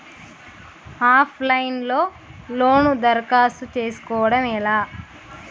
Of line లో loan దరఖాస్తు చేసుకోవడం ఎలా?